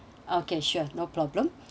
okay sure no problem